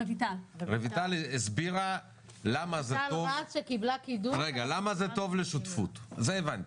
רויטל הסבירה למה זה טוב לשותפות, זה הבנתי.